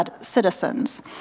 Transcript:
citizens